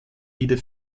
lieder